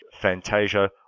Fantasia